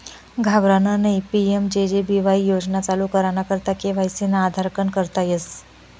घाबरानं नयी PMJJ BY योजना चालू कराना करता के.वाय.सी ना आधारकन करता येस